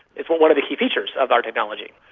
that's one one of the key features of our technology.